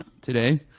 today